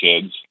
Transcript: kids